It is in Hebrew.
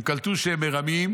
הם קלטו שהם מרמים,